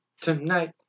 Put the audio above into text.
tonight